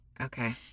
Okay